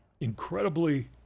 incredibly